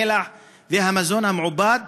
המלח והמזון המעובד.